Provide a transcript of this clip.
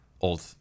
old